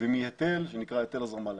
ומהיתר שנקרא היתר הזרמה לים.